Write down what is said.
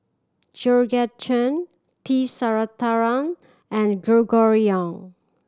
Georgette Chen T Sasitharan and Gregory Yong